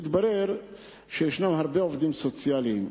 שמתברר שישנם הרבה עובדים סוציאליים,